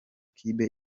kibe